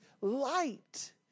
light